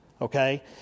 Okay